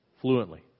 Fluently